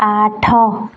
ଆଠ